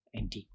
NT